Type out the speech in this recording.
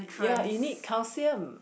ya you need calcium